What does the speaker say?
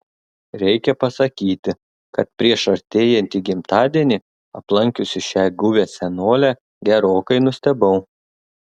reikia pasakyti kad prieš artėjantį gimtadienį aplankiusi šią guvią senolę gerokai nustebau